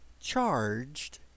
charged